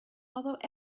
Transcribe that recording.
although